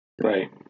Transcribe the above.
Right